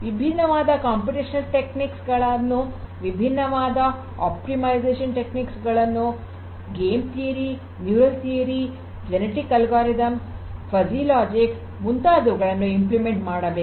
ವಿಭಿನ್ನವಾದ computational techniques ಗಳನ್ನು ವಿಭಿನ್ನವಾದ optimisation techniques game theory neural network genetic algorithm fuzzy logic ಮುಂತಾದುವುಗಳನ್ನು ಅನುಷ್ಠಾನ ಮಾಡಬೇಕು